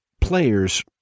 players